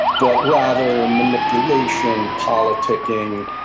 but rather manipulation, politicking,